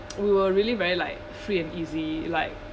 we were really very like free and easy like